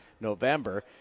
November